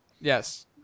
Yes